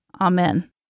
Amen